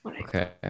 okay